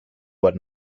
what